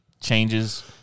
changes